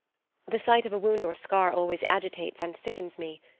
the sight of a wound or scar always agitates and sickens me,